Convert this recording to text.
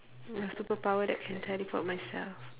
a superpower that can teleport myself